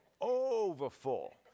Overfull